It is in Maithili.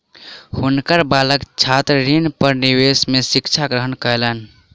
हुनकर बालक छात्र ऋण पर विदेश में शिक्षा ग्रहण कयलैन